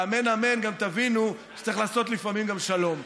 ואמן אמן גם תבינו שצריך לעשות לפעמים גם שלום.